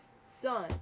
son